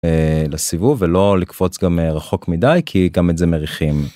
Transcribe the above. לסיבוב ולא לקפוץ גם רחוק מדי כי גם את זה מריחים.